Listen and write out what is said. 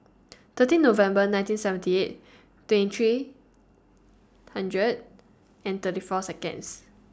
thirteen November nineteen seventy eight twenty three hundred and thirty four Seconds